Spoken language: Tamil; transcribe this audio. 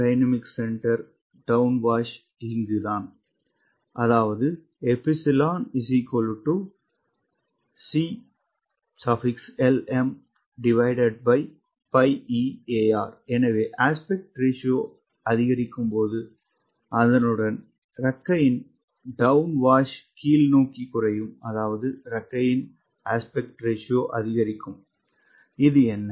c டவுன்வாஷ் இது 𝜖C LM π𝑒𝐴𝑅 எனவே விகித விகிதம் அதிகரிக்கும் போது அதனுடன் இறக்கையின் டவுன் வாஷ் கீழ்நோக்கி குறையும் அதாவது இறக்கையின் விகித விகிதம் அதிகரிக்கும் இது என்ன